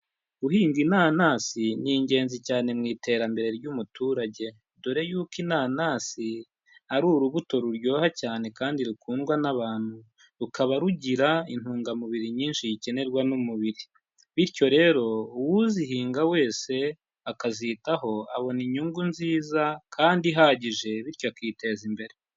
Guhinga inanasi ni ingenzi cyane mu iterambere ry'umuturage, dore yuko inanasi ari urubuto ruryoha cyane kandi rukundwa n'abantu, rukaba rugira intungamubiri nyinshi ikenerwa n'umubiri, bityo rero uzihinga wese akazitaho abona inyungu nziza kandi ihagije bityo akiteza imbere.